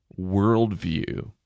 worldview